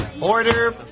Order